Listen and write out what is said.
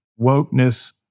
wokeness